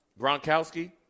Gronkowski